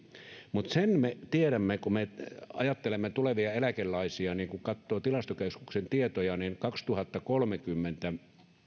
mutta sen me tiedämme kun me ajattelemme tulevia eläkeläisiä ja kun katsoo tilastokeskuksen tietoja että vuonna kaksituhattakolmekymmentä